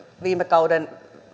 viime kauden